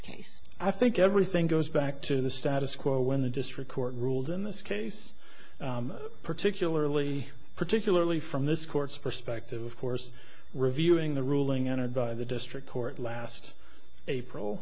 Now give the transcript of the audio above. case i think everything goes back to the status quo when the district court ruled in this case particularly particularly from this court's perspective of course reviewing the ruling entered by the district court last april